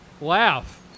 Laugh